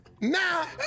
now